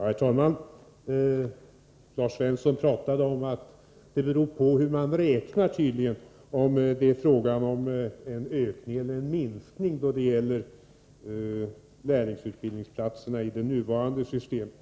Herr talman! Lars Svensson sade något om att räknesättet är avgörande när det gäller huruvida det är fråga om en ökning eller en minskning beträffande lärlingsutbildningsplatserna i det nuvarande systemet.